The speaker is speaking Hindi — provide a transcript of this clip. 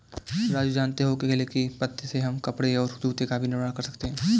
राजू जानते हो केले के पत्ते से हम कपड़े और जूते का भी निर्माण कर सकते हैं